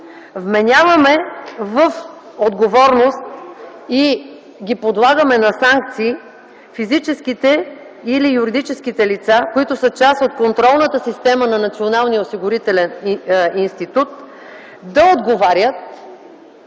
вменяваме в отговорност и ги подлагаме на санкции физическите или юридическите лица, които са част от контролната система на Националния